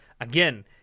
Again